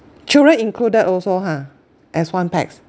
children included also ha as one pax